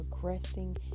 progressing